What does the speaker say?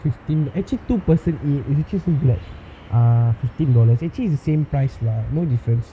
fifteen actually two person eat if you eat full right ah fifteen dollars actually it's the same price lah no difference